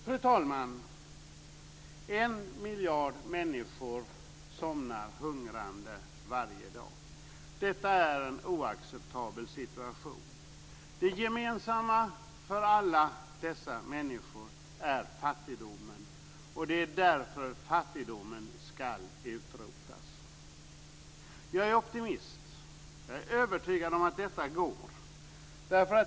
Fru talman! En miljard människor somnar hungrande varje dag. Detta är en oacceptabel situation. Det gemensamma för alla dessa människor är fattigdomen, och det är därför fattigdomen ska utrotas. Jag är optimist. Jag är övertygad om att detta går.